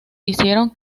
hicieron